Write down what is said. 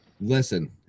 Listen